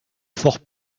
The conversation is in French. fort